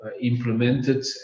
implemented